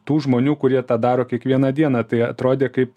tų žmonių kurie tą daro kiekvieną dieną tai atrodė kaip